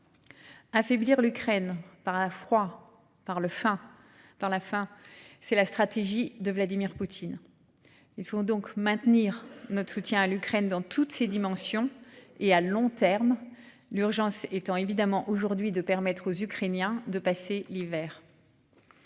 Affaiblir l'Ukraine par un froid par le enfin dans la fin, c'est la stratégie de Vladimir Poutine. Il faut donc maintenir notre soutien à l'Ukraine dans toutes ses dimensions et à long terme l'urgence étant évidemment aujourd'hui de permettre aux Ukrainiens de passer l'hiver.--